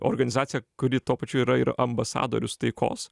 organizacija kuri tuo pačiu yra ir ambasadorius taikos